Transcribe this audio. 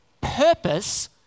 purpose